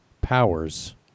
powers